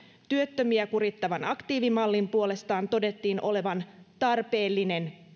työttömiä kurittavan aktiivimallin puolestaan todettiin olevan tarpeellinen